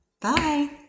Bye